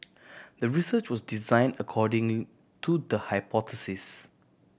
the research was design according to the hypothesis